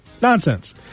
nonsense